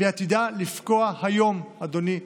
והיא עתידה לפקוע היום, אדוני השר,